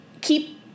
keep